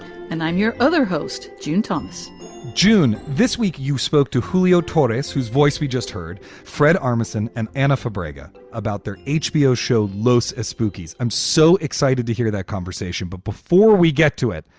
and i'm your other host. june thomas june. this week you spoke to who? beatrice, whose voice? we just heard fred armisen and anna for brager about their hbo show, lois spookies. i'm so excited to hear that conversation. but before we get to it,